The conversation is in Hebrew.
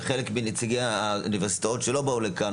וחלק מנציגי האוניברסיטאות שלא באו לכאן,